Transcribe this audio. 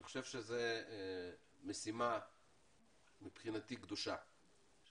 אני חושב שזו משימה קדושה מבחינתי,